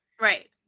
Right